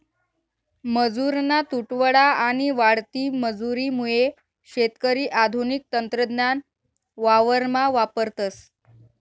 मजुरना तुटवडा आणि वाढती मजुरी मुये शेतकरी आधुनिक तंत्रज्ञान वावरमा वापरतस